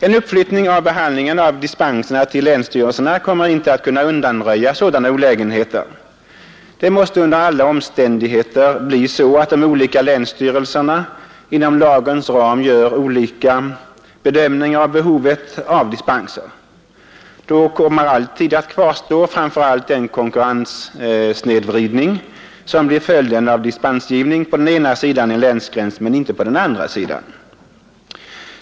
En uppflyttning av behandlingen av dispenserna till länsstyrelserna kommer inte att kunna undanröja sådana olägenheter. Det måste under alla omständigheter bli så att de olika länsstyrelserna inom lagens ram gör olika bedömningar av behovet av dispenser. Då kommer alltid att kvarstå den konkurrenssnedvridning som blir följden av dispensgivning på den ena sidan en länsgräns men inte på den andra sidan.